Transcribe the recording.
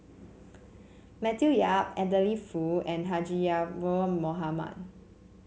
Matthew Yap Adeline Foo and Haji Ya'acob Mohamed